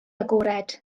agored